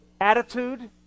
attitude